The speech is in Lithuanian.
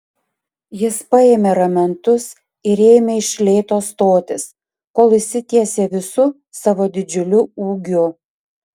jis paėmė ramentus ir ėmė iš lėto stotis kol išsitiesė visu savo didžiuliu ūgiu